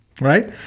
right